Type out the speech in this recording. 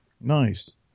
nice